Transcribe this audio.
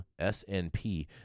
SNP